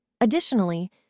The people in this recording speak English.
Additionally